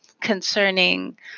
concerning